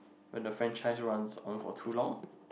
when the franchise runs on for too long